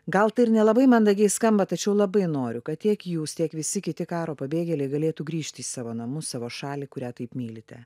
gal tai ir nelabai mandagiai skamba tačiau labai noriu kad tiek jūs tiek visi kiti karo pabėgėliai galėtų grįžti į savo namus savo šalį kurią taip mylite